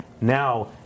Now